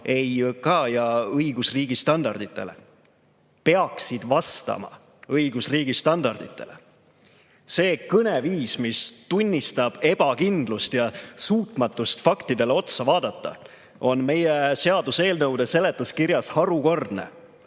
EIÕK ja õigusriigi standarditele. Peaksid vastama õigusriigi standarditele! See kõneviis, mis tunnistab ebakindlust ja suutmatust faktidele otsa vaadata, on meie seaduseelnõude seletuskirjas harukordne.